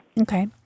Okay